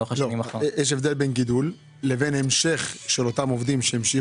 יש הבדל בין גידול לבין המשך עבודה של אותם עובדים.